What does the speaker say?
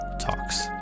Talks